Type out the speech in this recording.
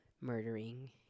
murdering